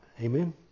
Amen